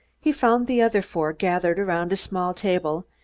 he found the other four gathered around a small table,